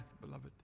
beloved